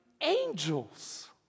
angels